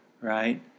right